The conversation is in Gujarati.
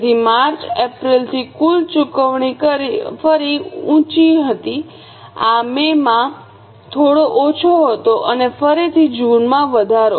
તેથી માર્ચ એપ્રિલથી કુલ ચૂકવણી ફરી ઉચી હતી આ મે માં થોડો ઓછો હતો અને ફરીથી જૂન મહિનામાં વધારો